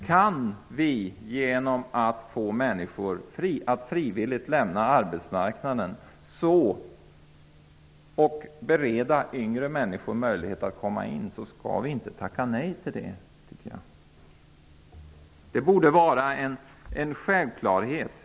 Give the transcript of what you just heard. Kan vi få människor att frivilligt lämna arbetsmarknaden och bereda yngre människor en möjlighet att komma in på arbetsmarknaden, skall vi inte tack nej till den möjligheten. Det borde vara en självklarhet.